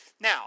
Now